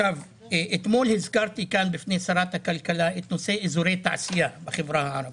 אתמול הזכרתי כאן בפני שרת הכלכלה את נושא אזורי התעשייה בחברה הערבית.